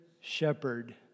shepherd